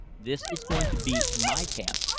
this is going to be my camp,